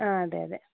ആ അതെ അതെ